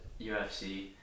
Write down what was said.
UFC